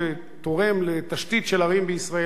שתורם לתשתית של ערים בישראל,